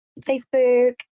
facebook